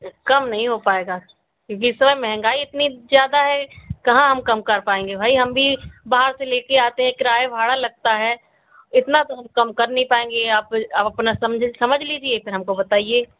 कम नहीं हो पाएगा क्योंकि इस समय महंगाई इतनी ज़्यादा है कहाँ हम कम कर पाएंगे भाई हम भी बाहर से लेकर आते हैं किराया भाड़ा लगता है इतना तो हम कम कर नहीं पाएंगे आप आप अपना समझ समझ लीजिए फिर हमको बताइए